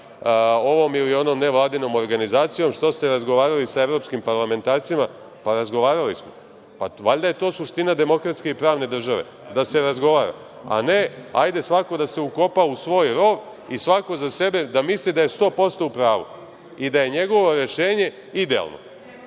ovom ili onom nevladinom organizacijom, što ste razgovarali sa evropskim parlamentarcima. Razgovarali smo, valjda je to suština demokratske i pravne države da se razgovara a ne hajde svako da se ukopa u svoj rov i svako za sebe da misli da je sto posto u pravu i da je njegovo rešenje idealno.